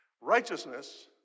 Righteousness